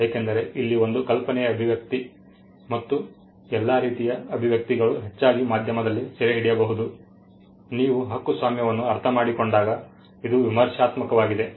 ಏಕೆಂದರೆ ಇಲ್ಲಿ ಒಂದು ಕಲ್ಪನೆಯ ಅಭಿವ್ಯಕ್ತಿ ಮತ್ತು ಎಲ್ಲಾ ರೀತಿಯ ಅಭಿವ್ಯಕ್ತಿಗಳು ಹೆಚ್ಚಾಗಿ ಮಾಧ್ಯಮದಲ್ಲಿ ಸೆರೆಹಿಡಿಯಬಹುದು ನೀವು ಹಕ್ಕುಸ್ವಾಮ್ಯವನ್ನು ಅರ್ಥಮಾಡಿಕೊಂಡಾಗ ಇದು ವಿಮರ್ಶಾತ್ಮಕವಾಗಿದೆ